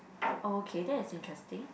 oh K that is interesting